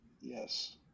Yes